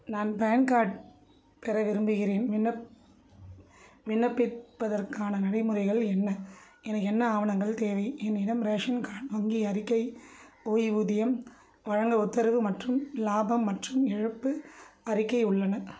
நான் PAN card பெற விரும்புகிறேன் விண்ணப் விண்ணப்பிப்பதற்கான நடைமுறைகள் என்ன எனக்கு என்ன ஆவணங்கள் தேவை என்னிடம் ரேஷன் கார்ட் வங்கி அறிக்கை ஓய்வூதியம் வழங்க உத்தரவு மற்றும் லாபம் மற்றும் இழப்பு அறிக்கை உள்ளன